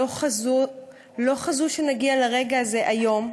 לא חזו שנגיע לרגע הזה היום,